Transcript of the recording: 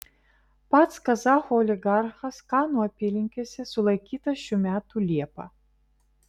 pats kazachų oligarchas kanų apylinkėse sulaikytas šių metų liepą